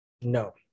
No